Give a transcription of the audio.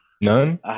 None